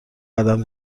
قدم